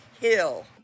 hill